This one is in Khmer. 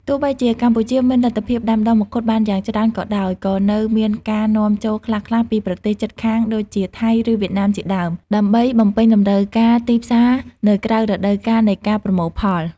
ទោះបីជាកម្ពុជាមានលទ្ធភាពដាំដុះមង្ឃុតបានយ៉ាងច្រើនក៏ដោយ ក៏នៅមានការនាំចូលខ្លះៗពីប្រទេសជិតខាងដូចជាថៃឬវៀតណាមជាដើម ដើម្បីបំពេញតម្រូវការទីផ្សារនៅក្រៅរដូវកាលនៃការប្រមូលផល